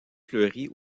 fleurie